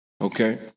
Okay